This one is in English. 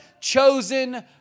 chosen